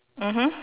mmhmm